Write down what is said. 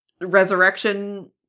resurrection